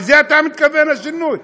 לזה אתה מתכוון לשינוי?